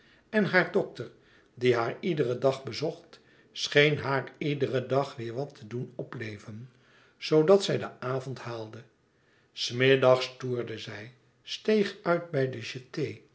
en haar dokter die haar iederen dag bezocht scheen haar iederen dag weêr wat te doen opleven zoodat zij den avond haalde s middags toerde zij steeg uit bij de